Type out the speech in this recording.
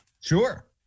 Sure